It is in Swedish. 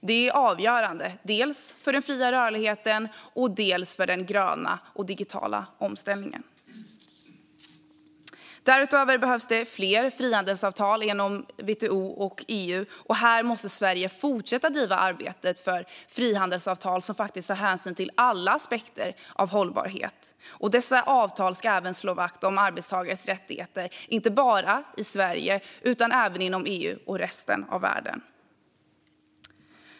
Det är avgörande dels för den fria rörligheten, dels för den gröna, digitala omställningen. Därutöver behövs fler frihandelsavtal inom WTO och EU. Här måste Sverige fortsätta driva arbetet för handelsavtal som faktiskt tar hänsyn till alla aspekter av hållbarhet. Dessa avtal ska även slå vakt om arbetstagares rättigheter inte bara i Sverige och EU utan också resten av världen.